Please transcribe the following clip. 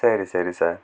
சரி சரி சார்